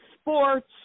sports